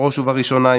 בראש ובראשונה,